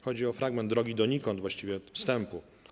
Chodzi o fragment „Drogi donikąd”, właściwie wstępu.